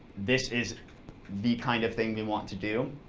this is the kind of thing we want to do,